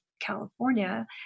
california